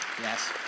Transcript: Yes